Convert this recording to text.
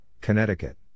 Connecticut